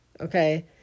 okay